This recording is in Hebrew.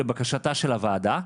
לבקשתה של הוועדה,